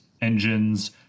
engines